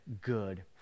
good